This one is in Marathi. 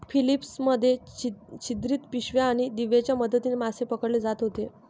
फिलीपिन्स मध्ये छिद्रित पिशव्या आणि दिव्यांच्या मदतीने मासे पकडले जात होते